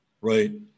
right